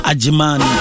Ajiman